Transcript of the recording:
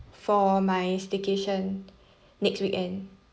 for my staycation next weekend